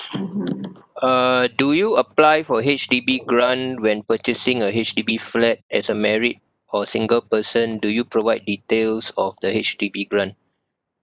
uh do you apply for H_D_B grant when purchasing a H_D_B flat as a married or single person do you provide details of the H_D_B grant